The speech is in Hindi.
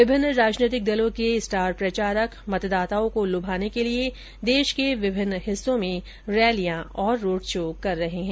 विभिन्न राजनीतिक दलों के स्टार प्रचारक मतदाताओं को लुभाने के लिए देश के विभिन्न हिस्सों में रैलियां और रोडशो कर रहे हैं